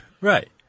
Right